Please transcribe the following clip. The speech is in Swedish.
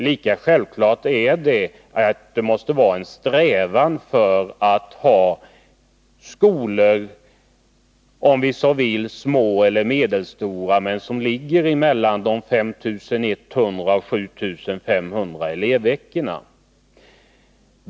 Lika självklart måste det vara att sträva efter mindre skolor — små eller medelstora, om vi så vill — med en verksamhet som ligger mellan 5 100 och 7 500 elevveckor.